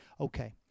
okay